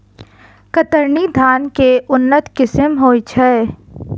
कतरनी धान केँ के उन्नत किसिम होइ छैय?